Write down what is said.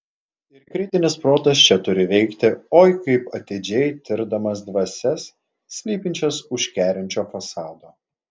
ir kritinis protas čia turi veikti oi kaip atidžiai tirdamas dvasias slypinčias už kerinčio fasado